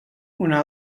una